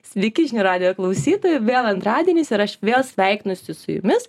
sveiki žinių radijo klausytojai vėl antradienis ir aš vėl sveikinuosi su jumis